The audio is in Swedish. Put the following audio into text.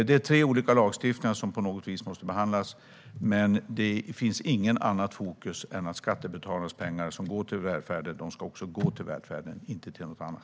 Det är tre olika lagstiftningar som på något vis måste behandlas, men det finns inget annat fokus än att skattebetalarnas pengar för välfärden också ska gå till välfärden och inte till något annat.